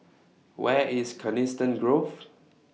Where IS Coniston Grove